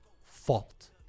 fault